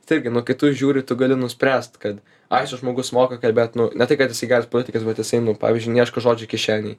tai irgi nu kai tu žiūri tu gali nuspręst kad ai čia žmogus moka kalbėt ne tai kad jisai geras politikas net jisai nu pavyzdžiui neieško žodžio kišenėj